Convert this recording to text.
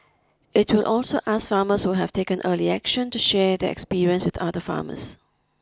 It will also ask farmers who have taken early action to share their experience with other farmers